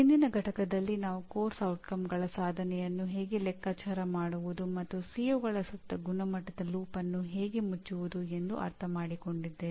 ಹಿಂದಿನ ಪಠ್ಯದಲ್ಲಿ ನಾವು ಪಠ್ಯಕ್ರಮದ ಪರಿಣಾಮಗಳ ಸಾಧನೆಯನ್ನು ಹೇಗೆ ಲೆಕ್ಕಾಚಾರ ಮಾಡುವುದು ಮತ್ತು ಸಿಒಗಳ ಸುತ್ತ ಗುಣಮಟ್ಟದ ಲೂಪ್ ಅನ್ನು ಹೇಗೆ ಮುಚ್ಚುವುದು ಎಂದು ಅರ್ಥಮಾಡಿಕೊಂಡಿದ್ದೇವೆ